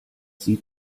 sieht